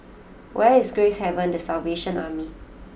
where is Gracehaven the Salvation Army